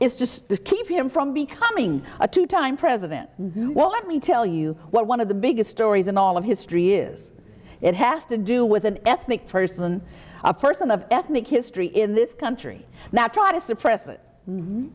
is just to keep him from becoming a two time president well let me tell you what one of the biggest stories in all of history is it has to do with an ethnic person a person of ethnic history in this country now trying to suppress